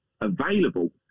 Available